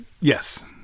Yes